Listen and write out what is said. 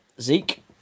Zeke